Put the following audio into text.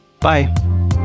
Bye